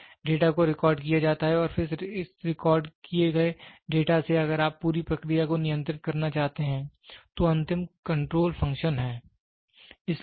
इसलिए डेटा को रिकॉर्ड किया जाता है और फिर इस रिकॉर्ड किए गए डेटा से अगर आप पूरी प्रक्रिया को नियंत्रित करना चाहते हैं तो अंतिम कंट्रोल फंक्शन है